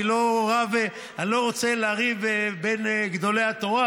אני לא רוצה לריב עם גדולי התורה,